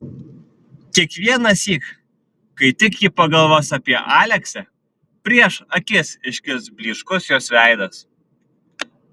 kiekvienąsyk kai tik ji pagalvos apie aleksę prieš akis iškils blyškus jos veidas